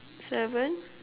seven